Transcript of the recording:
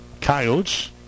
Coyotes